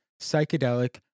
psychedelic